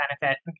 benefit